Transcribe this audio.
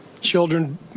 children